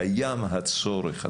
קיים הצורך,